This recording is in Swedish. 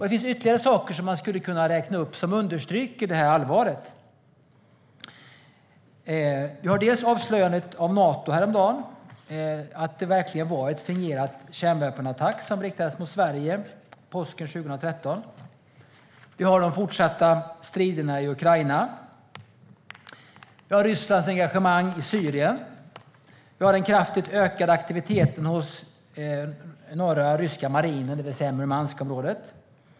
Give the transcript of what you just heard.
Det finns ytterligare saker som jag skulle kunna räkna upp som understryker allvaret. Häromdagen avslöjade Nato att det verkligen var en fingerad kärnvapenattack som riktades mot Sverige påsken 2013. Vi har de fortsatta striderna i Ukraina. Vi har Rysslands engagemang i Syrien. Vi har den kraftigt ökade aktiviteten hos den norra ryska marinen, det vill säga i Murmanskområdet.